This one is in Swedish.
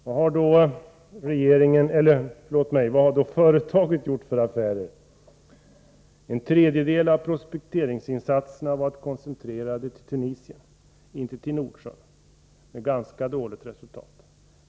Vad har då företaget gjort för affärer? En tredjedel av prospekteringsinsatserna har varit koncentrerade till Tunisien — inte till Nordsjön — med ganska dåligt resultat.